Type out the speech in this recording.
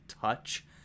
touch